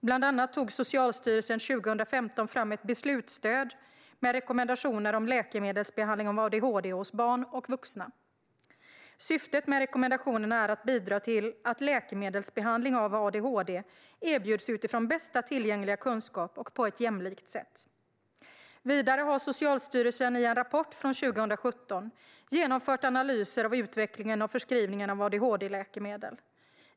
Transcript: Bland annat tog Socialstyrelsen 2015 fram ett beslutsstöd med rekommendationer om läkemedelsbehandling av adhd hos barn och vuxna. Syftet med rekommendationerna är att bidra till att läkemedelsbehandling av adhd erbjuds utifrån bästa tillgängliga kunskap och på ett jämlikt sätt. Vidare har Socialstyrelsen i en rapport från 2017 genomfört analyser av utvecklingen av förskrivningen av adhd-läkemedel.